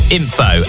info